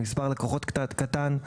למספר לקוחות קטן,